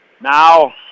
Now